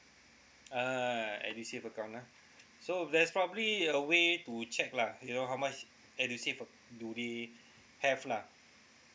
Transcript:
ah edusave account ah so there's probably a way to check lah you know how much edusave uh do they have lah